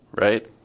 right